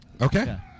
Okay